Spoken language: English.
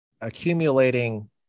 accumulating